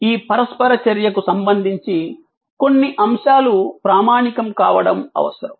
ఈ పరస్పర చర్యకు సంబంధించి కొన్ని అంశాలు ప్రామాణికం కావడం అవసరం